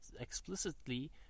explicitly